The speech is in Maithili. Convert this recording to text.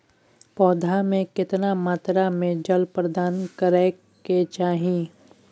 पौधा में केतना मात्रा में जल प्रदान करै के चाही?